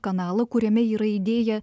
kanalą kuriame yra įdėję